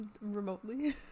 remotely